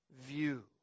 view